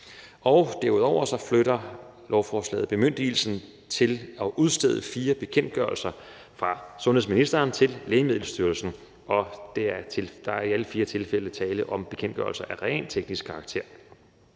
Derudover flytter lovforslaget bemyndigelsen til at udstede fire bekendtgørelser fra sundhedsministeren til Lægemiddelstyrelsen, og der er i alle fire tilfælde tale om bekendtgørelser af rent teknisk karakter.